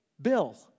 Bill